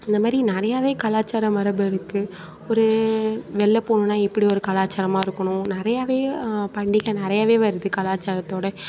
இந்த மாதிரி நிறையாவே கலாச்சார மரபு இருக்குது ஒரு வெளில போகணுன்னா எப்படி ஒரு கலாச்சாரமாக இருக்கணும் நிறையாவே பண்டிகை நிறையாவே வருது கலாச்சாரத்தோடு